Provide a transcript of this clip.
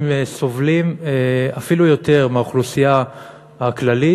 סובלים אפילו יותר מהאוכלוסייה הכללית,